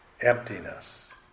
emptiness